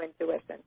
intuition